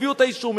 תביאו את האישום,